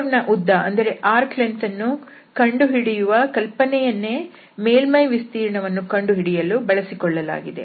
ಕರ್ವ್ನ ಉದ್ದ ವನ್ನು ಕಂಡುಹಿಡಿಯುವ ಕಲ್ಪನೆಯನ್ನೇ ಮೇಲ್ಮೈ ವಿಸ್ತೀರ್ಣ ವನ್ನು ಕಂಡು ಹಿಡಿಯಲು ಬಳಸಿಕೊಳ್ಳಲಾಗಿದೆ